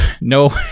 no